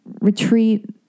retreat